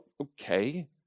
okay